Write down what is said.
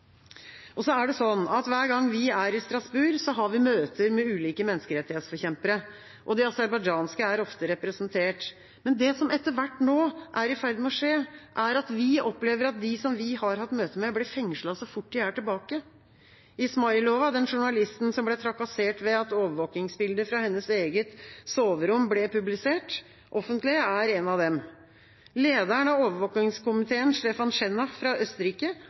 Hver gang vi er i Strasbourg, har vi møter med ulike menneskerettighetsforkjempere. De aserbajdsjanske er ofte representert, men det som etter hvert nå er i ferd med å skje, er at vi opplever at de som vi har hatt møte med, blir fengslet så fort de er tilbake. Ismayilova, journalisten som ble trakassert ved at overvåkningsbilder fra hennes eget soverom ble publisert offentlig, er en av dem. Lederen av overvåkningskomiteen, Stefan Schennach fra Østerrike,